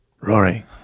Rory